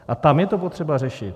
A tam je to potřeba řešit.